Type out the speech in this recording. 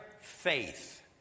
faith